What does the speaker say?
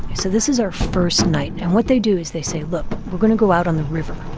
so this is our first night. and what they do is they say, look we're going to go out on the river